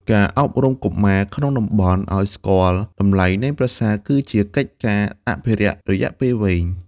ការអប់រំកុមារក្នុងតំបន់ឱ្យស្គាល់តម្លៃនៃប្រាសាទ គឺជាកិច្ចការអភិរក្សរយៈពេលវែង។